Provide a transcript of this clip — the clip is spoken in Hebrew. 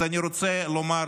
אז אני רוצה לומר